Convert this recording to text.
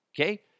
okay